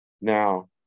now